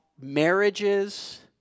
marriages